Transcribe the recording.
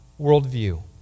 worldview